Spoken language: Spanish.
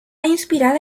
inspirada